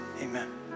Amen